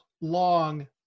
long